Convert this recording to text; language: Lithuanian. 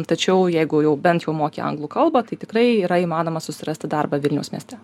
tačiau jeigu jau bent jau moki anglų kalbą tai tikrai yra įmanoma susirasti darbą vilniaus mieste